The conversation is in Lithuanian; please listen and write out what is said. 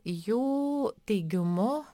jų teigimu